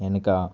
వెనుక